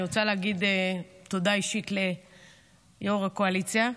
אני רוצה להגיד תודה אישית ליו"ר הקואליציה.